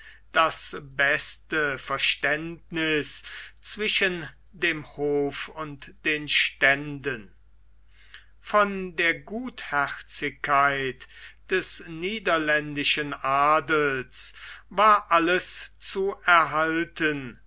das beste verständniß zwischen dem hof und den ständen von der gutherzigkeit des niederländischen adels war alles zu erhalten